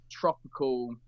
tropical